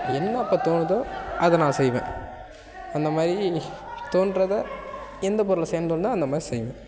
என்ன அப்போ தோணுதோ அதை நான் செய்வேன் அந்த மாதிரி தோன்றதை எந்த பொருள் செய் தோணுதோ அந்த மாதிரி செய்வேன்